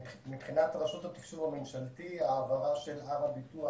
מבחינת רשות התקשוב הממשלתי ההעברה של הר הביטוח